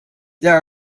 there